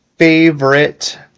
favorite